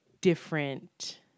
different